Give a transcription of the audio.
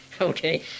Okay